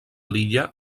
lilla